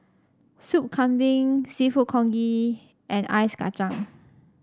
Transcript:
Soup Kambing seafood congee and Ice Kacang